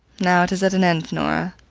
now it is at an end, nora.